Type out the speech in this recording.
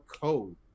code